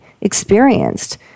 experienced